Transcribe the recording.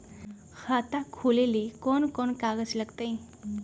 खाता खोले ले कौन कौन कागज लगतै?